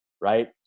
right